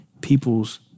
people's